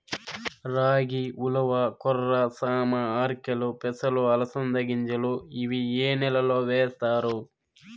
రాగి, ఉలవ, కొర్ర, సామ, ఆర్కెలు, పెసలు, అలసంద గింజలు ఇవి ఏ నెలలో వేస్తారు?